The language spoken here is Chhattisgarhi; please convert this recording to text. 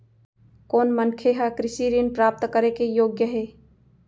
कोन मनखे ह कृषि ऋण प्राप्त करे के योग्य हे?